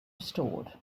restored